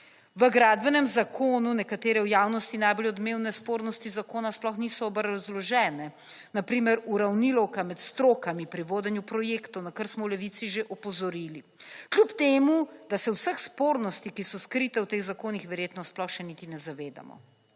V gradbenem zakonu nekatere v javnosti najbolj odmevne spornosti zakona sploh niso obrazložene, na primer uravnilovka med strokami pri vodenju projektov, na kar smo v Levici že opozorili. Kljub temu, da se vseh spornosti, ki so skrite v teh zakonih, verjetno sploh še niti ne zavedamo.